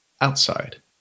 Outside